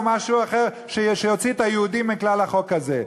או משהו אחר שיוציא את היהודים מכלל החוק הזה.